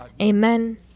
amen